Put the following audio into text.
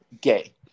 gay